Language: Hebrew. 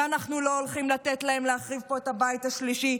ואנחנו לא הולכים לתת להם להחריב פה את הבית השלישי.